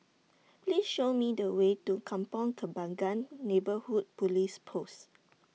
Please Show Me The Way to Kampong Kembangan Neighbourhood Police Post